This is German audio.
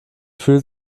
fühlt